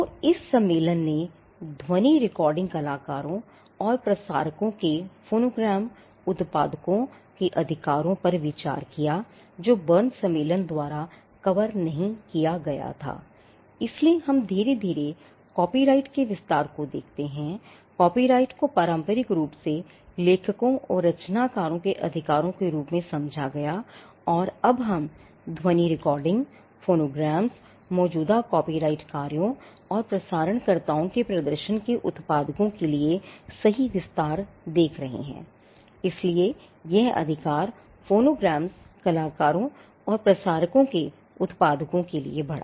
तो इस सम्मेलन ने ध्वनि रिकॉर्डिंग कलाकारों और प्रसारकों के फोनोग्राम कलाकारों और प्रसारकों के उत्पादकों के लिए बढ़ा